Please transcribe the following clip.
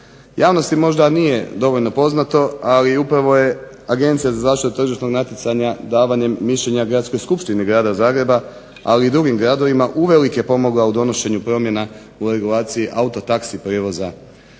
Javnosti možda nije dovoljno poznato ali upravo je Agencija za zaštitu tržišnog natjecanja davanjem mišljenja gradskoj skupštini Grada Zagreba ali i drugim gradovima uvelike pomogla u donošenju promjena u regulaciji autotaxi prijevoza,